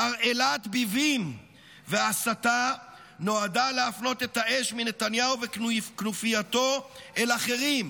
תרעלת ביבים והסתה נועדו להפנות את האש מנתניהו וכנופייתו אל אחרים: